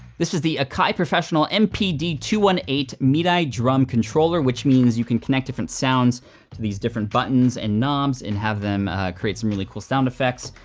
this is the akai professional m p d two one eight midi drum controller, which means you can connect different sounds to these different buttons and knobs, and have them create some really cool sound effects.